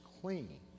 clean